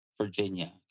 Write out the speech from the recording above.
Virginia